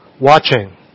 watching